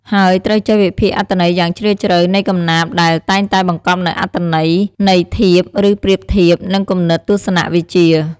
ហើយត្រូវចេះ វិភាគអត្ថន័យយ៉ាងជ្រាលជ្រៅ នៃកំណាព្យដែលតែងតែបង្កប់នូវអត្ថន័យន័យធៀប ឬប្រៀបធៀប និងគំនិតទស្សនវិជ្ជា។